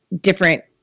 different